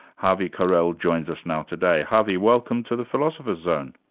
havi carel joins us now today. havi, welcome to the philosopher's zone.